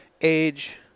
age